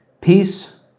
Peace